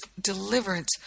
deliverance